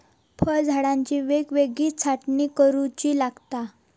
फळझाडांची वेळोवेळी छाटणी करुची लागता